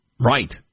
Right